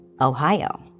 Ohio